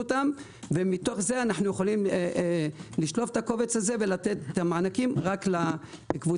אותם ומתוך זה אנו יכולים לשלוף את הקובץ הזה ולתת את המענקים רק לקבוצה